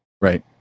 Right